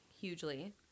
hugely